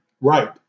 Right